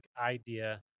idea